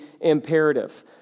imperative